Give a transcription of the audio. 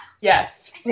Yes